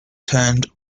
turned